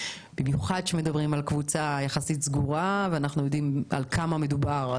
במיוחד כשמדברים על קבוצה יחסית סגורה ואנחנו יודעים על כמה מדובר.